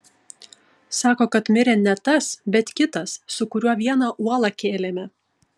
sako kad mirė ne tas bet kitas su kuriuo vieną uolą kėlėme